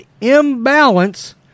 imbalance